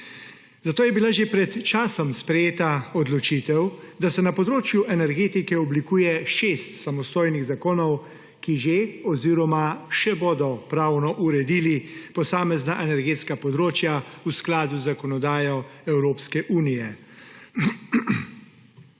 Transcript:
Zato je bila že pred časom sprejeta odločitev, da se na področju energetike oblikuje šest samostojnih zakonov, ki že oziroma še bodo pravno uredili posamezna energetska področja v skladu z zakonodajo Evropske unije.